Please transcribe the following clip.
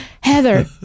Heather